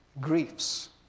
griefs